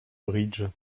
bridge